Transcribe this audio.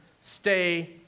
stay